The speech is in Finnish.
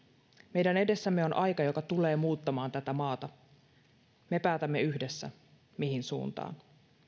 meidän edessämme on aika joka tulee muuttamaan tätä maata me päätämme yhdessä mihin suuntaan